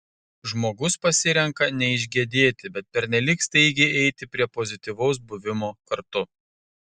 žmogus pasirenka neišgedėti bet pernelyg staigiai eiti prie pozityvaus buvimo kartu